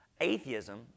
Atheism